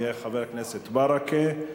חבר הכנסת ברכה,